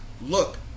look